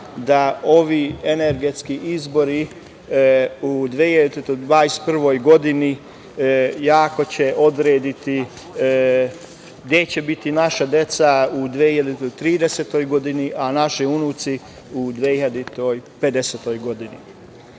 će ovi energetski izbori u 2021. godini odrediti gde će biti naša deca u 2030. godini, a naši unuci u 2050.